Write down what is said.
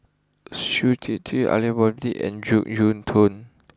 Shui Tit Aidli Mosbit and Jek Yeun Thong